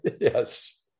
Yes